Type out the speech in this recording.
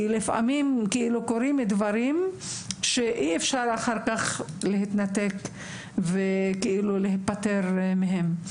כי לפעמים קורים דברים שאי-אפשר אחר-כך להתנתק ולהיפטר מהם.